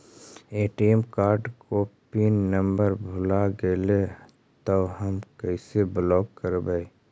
ATM card को pin number भुला गैले तौ हम कैसे ब्लॉक करवै?